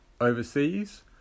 overseas